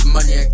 Money